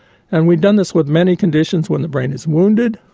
and we've done this with many conditions when the brain is wounded,